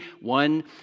one